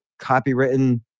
copywritten